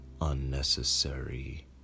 unnecessary